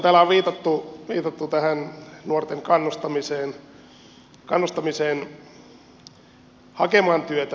täällä on viitattu tähän nuorten kannustamiseen hakemaan työtä